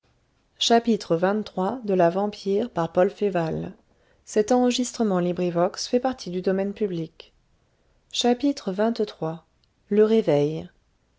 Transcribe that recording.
xxiii le réveil